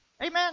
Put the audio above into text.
Amen